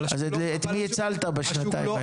אז את מי הצלת בשנתיים האלה?